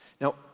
Now